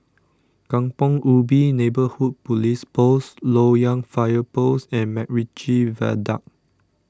Kampong Ubi Neighbourhood Police Post Loyang Fire Post and MacRitchie Viaduct